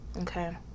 okay